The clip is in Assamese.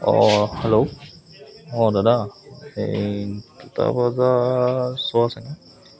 অঁ হেল্ল' অঁ দাদা এই এটা বজাৰ শ্ব' আছেনে